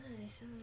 nice